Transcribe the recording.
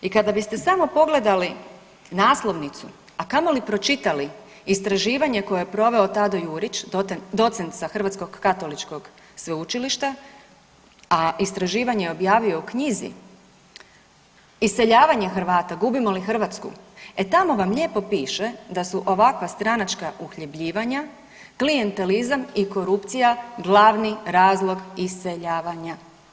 I kada biste samo pogledali naslovnicu, a kamoli pročitali istraživanje koje je proveo Tado Jurić, docent sa Hrvatskog katoličkog sveučilišta, a istraživanje je objavio u knjizi Iseljavanje Hrvata, gubimo li Hrvatsku, e tamo vam lijepo piše da su ovakva stranačka uhljebljivanja, klijentelizam i korupcija glavni razlog iseljavanja.